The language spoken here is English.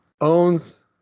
owns